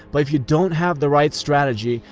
but if you don't have the right strategy,